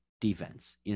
defense